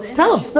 tell but